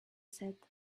said